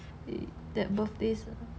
that birthdays